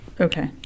Okay